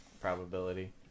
probability